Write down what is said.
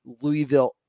Louisville